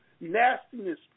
nastiness